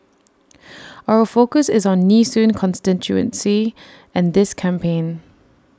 our focus is on Nee soon constituency and this campaign